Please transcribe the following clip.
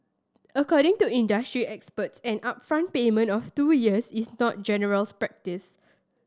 according to industry experts an upfront payment of two years is not general practice